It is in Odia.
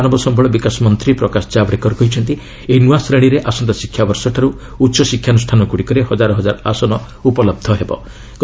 ଇତିମଧ୍ୟରେ ମାନବ ସମ୍ଭଳ ବିକାଶ ମନ୍ତ୍ରୀ ପ୍ରକାଶ କାଓଡେକର କହିଛନ୍ତି ଏହି ନୃଆ ଶ୍ରେଣୀରେ ଆସନ୍ତା ଶିକ୍ଷାବର୍ଷଠାରୁ ଉଚ୍ଚଶିକ୍ଷା ଅନୁଷ୍ଠାନଗୁଡ଼ିକରେ ହଜାର ହାଜର ଆସନ ଉପଲବ୍ଧ ହେବ